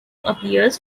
appears